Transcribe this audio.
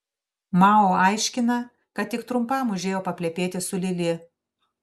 mao aiškina kad tik trumpam užėjo paplepėti su lili